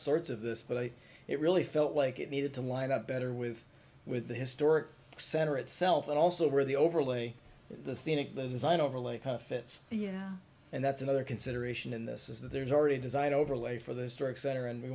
sorts of this but it really felt like it needed to line up better with with the historic center itself and also where the overlay the scenic the design overlay fits the yeah and that's another consideration in this is that there's already design overlay for the historic center and we